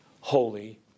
holy